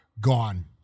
gone